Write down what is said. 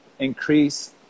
increase